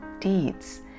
deeds